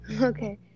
okay